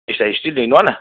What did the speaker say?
अच्छा स्टील ईंदो आहे न